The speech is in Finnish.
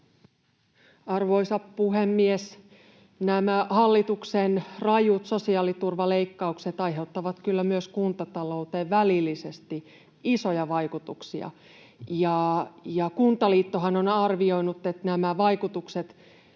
Arvoisa puhemies! Nämä hallituksen rajut sosiaaliturvaleikkaukset aiheuttavat kyllä myös kuntatalouteen välillisesti isoja vaikutuksia. Kuntaliittohan on arvioinut, että nämä vaikutukset